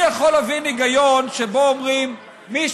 אני יכול להבין היגיון שבו אומרים: מי